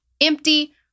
empty